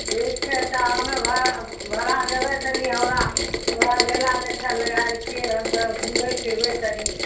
ठीक छै तऽ हमे भा भाड़ा देबै तनी हमरा ओहए मेला देखैला आएल छियै हमसब घुमबै फिरबै कनी